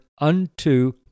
unto